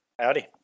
Howdy